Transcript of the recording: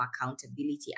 accountability